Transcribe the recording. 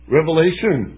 Revelation